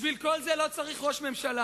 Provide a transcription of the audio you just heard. בשביל כל זה לא צריך ראש ממשלה.